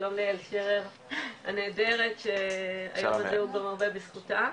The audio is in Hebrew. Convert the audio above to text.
שלום ליעל שרר הנהדרת שהכול זה גם הרבה בזכותה.